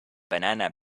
banana